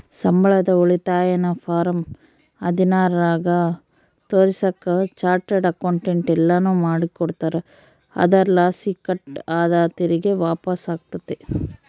ಸಂಬಳದ ಉಳಿತಾಯನ ಫಾರಂ ಹದಿನಾರರಾಗ ತೋರಿಸಾಕ ಚಾರ್ಟರ್ಡ್ ಅಕೌಂಟೆಂಟ್ ಎಲ್ಲನು ಮಾಡಿಕೊಡ್ತಾರ, ಅದರಲಾಸಿ ಕಟ್ ಆದ ತೆರಿಗೆ ವಾಪಸ್ಸಾತತೆ